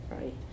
right